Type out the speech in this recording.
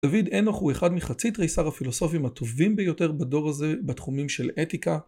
דוד ענוך הוא אחד מחצי תְּרֵיסָר הפילוסופים הטובים ביותר בדור הזה בתחומים של אתיקה.